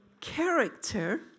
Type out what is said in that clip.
character